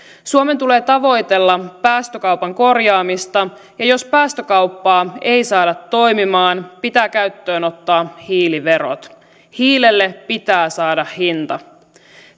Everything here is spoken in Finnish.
suomen tulee tavoitella päästökaupan korjaamista ja jos päästökauppaa ei saada toimimaan pitää käyttöön ottaa hiiliverot hiilelle pitää saada hinta